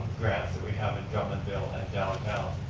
grant that we have in government bill in downtown.